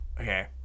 Okay